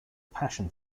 passion